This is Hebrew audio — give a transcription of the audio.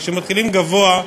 אבל כשמתחילים גבוה,